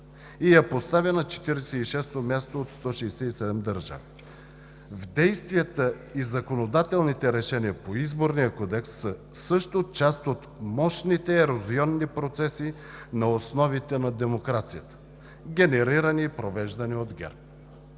и я поставя на 46-о място от 167 държави. Действията и законодателните решения по Изборния кодекс са също част от мощните ерозионни процеси на основите на демокрацията, генерирани и провеждани от ГЕРБ.